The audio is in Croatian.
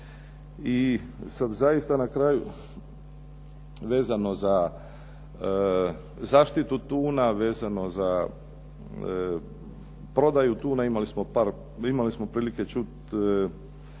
I sada zaista na kraju vezano za zaštitu tuna, za prodaju tuna imali smo prilike čuti